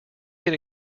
can